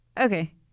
Okay